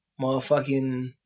motherfucking